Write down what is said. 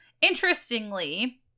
Interestingly